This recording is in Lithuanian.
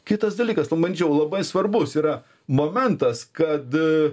kitas dalykas pabandžiau labai svarbus yra momentas kada